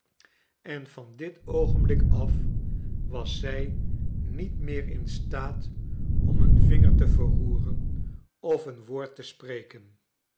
en van dit oogenblik af was zij niet meer in slaat om een vinger te verroeren of een woord te spreken